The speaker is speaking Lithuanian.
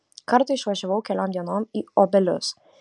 kartą išvažiavau keliom dienom į obelius